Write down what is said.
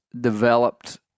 developed